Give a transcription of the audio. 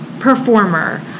performer